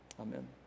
Amen